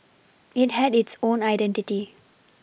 it had its own identity